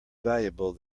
valuable